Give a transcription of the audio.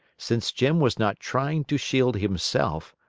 since jim was not trying to shield himself,